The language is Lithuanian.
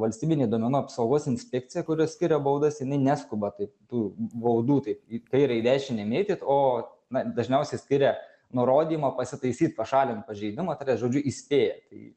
valstybinė duomenų apsaugos inspekcija kuri skiria baudas jinai neskuba taip tų baudų taip į kairę į dešinę mėtyt o na dažniausiai skiria nurodymą pasitaisyt pašalint pažeidimą žodžiu įspėja tai